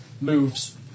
moves